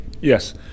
yes